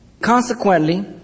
Consequently